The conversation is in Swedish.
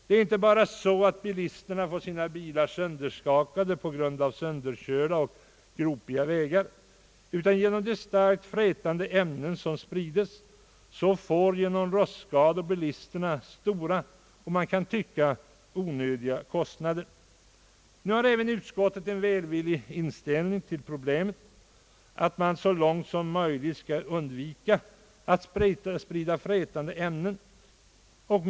Det är inte nog med att bilisterna får sina fordon sönderskakade på grund av sönderkörda och mycket gropiga vägar utan därtill åsamkas de stora och som man kan tycka onödiga kostnader genom nämnda rostskador. Nu har även utskottet en välvillig inställning till detta problem och anför att man så långt möjligt skall undvika att sprida frätande ämnen på vägarna.